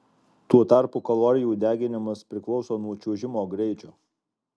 tuo tarpu kalorijų deginimas priklauso nuo čiuožimo greičio